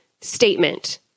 statement